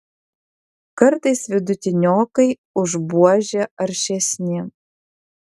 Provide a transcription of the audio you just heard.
kartais vidutiniokai už buožę aršesni